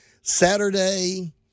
Saturday